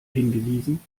hingewiesen